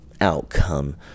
outcome